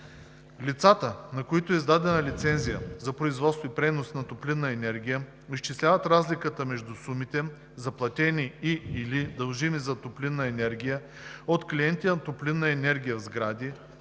лицата, на които е издадена лицензия за производство и пренос на топлинна енергия, изчисляват разликата между сумите, заплатени и/или дължими за топлинна енергия от клиенти на топлинна енергия в сгради,